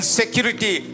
security